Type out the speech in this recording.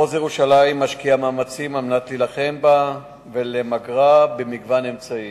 מחוז ירושלים משקיע מאמצים על מנת להילחם בה ולמגרה במגוון אמצעים.